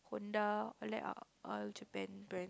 Honda all that are all Japan brand